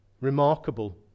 Remarkable